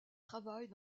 travaillent